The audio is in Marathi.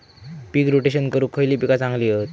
पीक रोटेशन करूक खयली पीका चांगली हत?